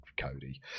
Cody